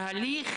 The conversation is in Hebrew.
מה התכלית?